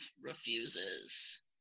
refuses